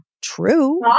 true